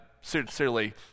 sincerely